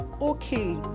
okay